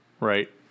right